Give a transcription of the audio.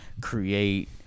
create